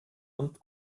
und